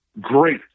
great